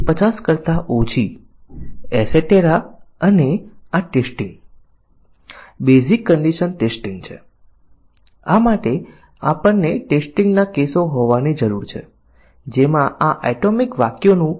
coverage આધારિતમાં પરીક્ષણના કેસો કેટલાક પ્રોગ્રામ એલિમેંટના કવરેજને પ્રાપ્ત કરવા માટે રચાયેલ છે આપણે નિવેદનોને કવરેજ કરવાનો પ્રયત્ન કરીએ છીએ આપણે શરતો અથવા નિર્ણયોને આવરી લેવાનો પ્રયત્ન કરીશું